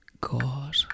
God